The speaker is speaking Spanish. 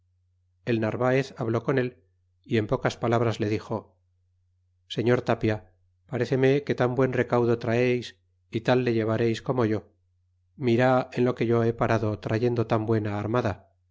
el narvaez habló con él y en pocas palabras le dixo señor tapia paréceme que tan buen recaudo traeis y tal le llevareis como yo mirá en lo que yo he parado trayendo tan buena armada